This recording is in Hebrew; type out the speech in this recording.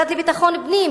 המשרד לביטחון פנים,